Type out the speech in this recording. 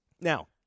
Now